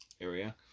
area